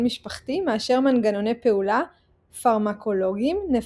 משפחתי מאשר מנגנוני פעולה פרמקולוגיים נפוצים.